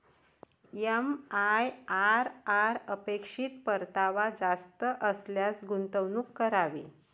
MIRR अपेक्षित परतावा जास्त असल्यास गुंतवणूक करावी